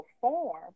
perform